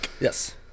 yes